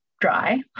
dry